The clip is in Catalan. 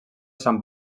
sant